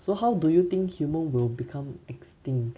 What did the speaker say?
so how do you think human will become extinct